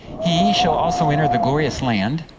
he shall also enter the glorious land,